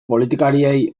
politikariei